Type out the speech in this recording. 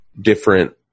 different